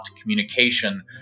communication